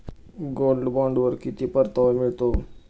Gold बॉण्डवर किती परतावा मिळतो?